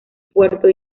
puerto